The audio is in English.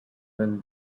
then